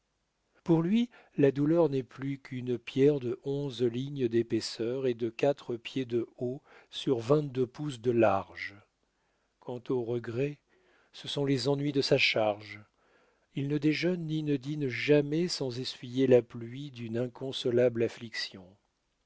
pour lui la douleur n'est plus qu'une pierre de onze lignes d'épaisseur et de quatre pieds de haut sur vingt-deux pouces de large quant aux regrets ce sont les ennuis de sa charge il ne déjeune ni ne dîne jamais sans essuyer la pluie d'une inconsolable affliction